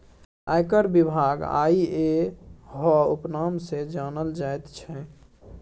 आयकर विभाग इएह उपनाम सँ जानल जाइत छै